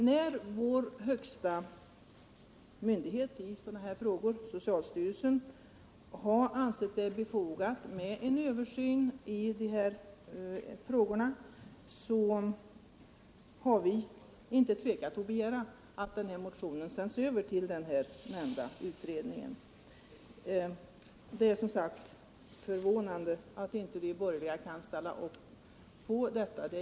När vår högsta myndighet i sådana frågor, socialstyrelsen, ansett det befogat med en översyn har vi inte tvekat att begära att motionen sänds över till den nämnda utredningen. Det är förvånande att de borgerliga inte kan ställa upp bakom detta krav.